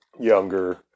Younger